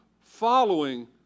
following